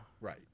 right